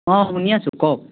অঁ শুনি আছোঁ কওক